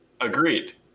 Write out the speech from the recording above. Agreed